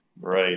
Right